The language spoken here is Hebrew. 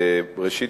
ראשית,